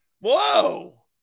Whoa